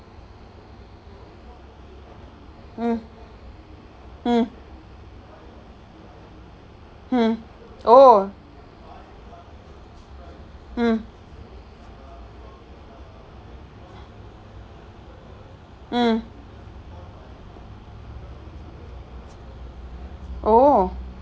mm mm mm oh mm mm oh